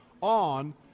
on